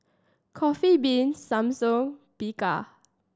Coffee Bean Samsung Bika